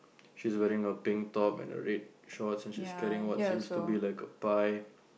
she's wearing a pink top and a red shorts and she's carrying what seems to be like a pie